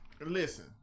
Listen